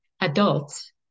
Adults